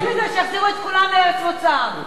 וחוץ מזה שיחזירו את כולם לארץ מוצאם.